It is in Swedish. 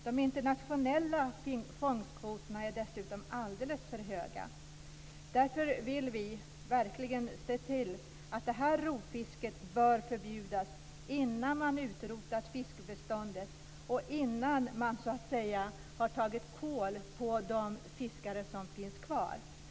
De internationella fångstkvoterna är dessutom alldeles för höga. Vi vill därför verkligen att detta rovfiske förbjuds innan fiskbeståndet utrotas och innan man har slagit ut de fiskare som finns kvar.